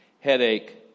Headache